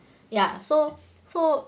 ya so so